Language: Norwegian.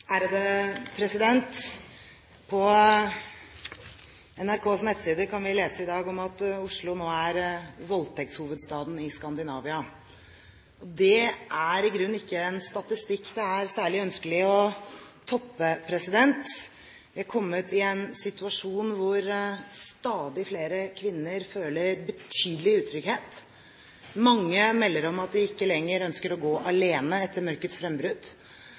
På NRKs nettsider kan vi lese i dag om at Oslo er voldtektshovedstaden i Skandinavia. Det er i grunnen ikke en statistikk det er særlig ønskelig å toppe. Vi er kommet i en situasjon hvor stadig flere kvinner føler betydelig utrygghet. Mange melder om at de ikke lenger ønsker å gå alene etter mørkets frembrudd.